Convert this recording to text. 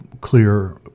clear